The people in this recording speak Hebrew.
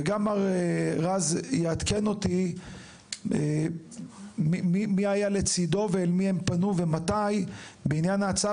וגם מר רז יעדכן אותי מי היה לצידו ואל מי הם פנו ומתי בעניין ההצעה.